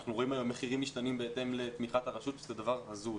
אנחנו רואים היום מחירים משתנים בהתאם לתמיכת הרשות שזה דבר הזוי.